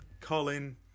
Colin